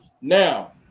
now